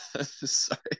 sorry –